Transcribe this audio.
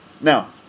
Now